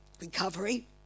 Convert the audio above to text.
recovery